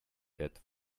death